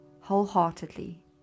wholeheartedly